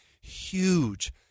Huge